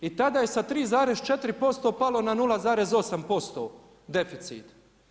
I tada je sa 3,4% palo na 0,8% deficit.